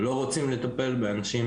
לא רוצים לטפל באנשים